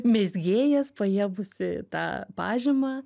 mezgėjas paėmusi tą pažymą